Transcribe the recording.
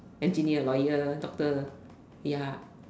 engineer lawyer doctor ya